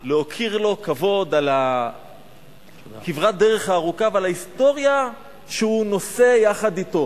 להוקיר לו כבוד על כברת הדרך הארוכה ועל ההיסטוריה שהוא נושא אתו.